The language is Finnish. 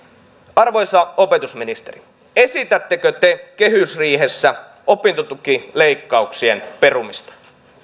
arvoisa opetusministeri esitättekö te kehysriihessä opintotukileikkauksien perumista